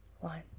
one